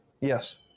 yes